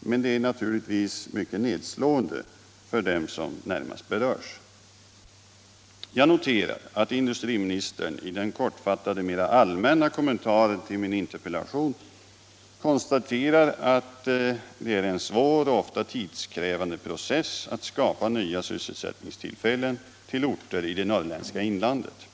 men det är naturligtvis mycket nedslående för dem som närmast berörs. Jag noterar att industriministern i den kortfattade, mera allmänna kommentaren kring min interpellation konstaterar att det är en svår och ofta tidskrävande process att skapa nya sysselsättningstillfällen till orter i det norrländska inlandet.